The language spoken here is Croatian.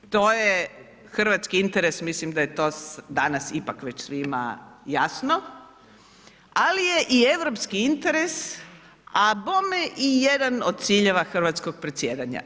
To je hrvatski interes, mislim da je to danas ipak već svima jasno ali je i europski interes a bome i jedan od ciljeva hrvatskog predsjedanja.